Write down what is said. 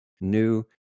new